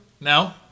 No